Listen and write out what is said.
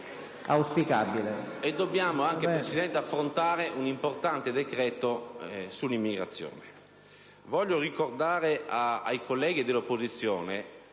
Dobbiamo anche affrontare, Presidente, un importante decreto sull'immigrazione. Voglio ricordare ai colleghi dell'opposizione,